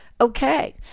okay